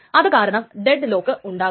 അതുകാരണം deadlock ഉണ്ടാകാം